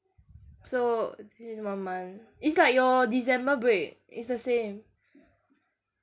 so is one month it's like your december break it's the same